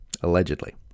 allegedly